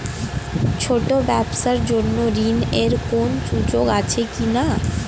ছোট ব্যবসার জন্য ঋণ এর কোন সুযোগ আছে কি না?